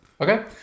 Okay